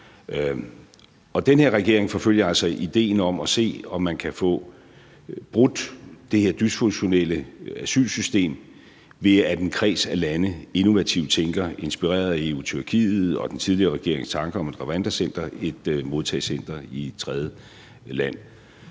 på. Den her regering forfølger altså idéen om at se, om man kan få brudt det her dysfunktionelle asylsystem ved, at en kreds af lande innovativt tænker – inspireret af EU og Tyrkiet og den tidligere regerings tanker om et Rwanda-center – et modtagecenter i tredjeland.